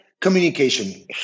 Communication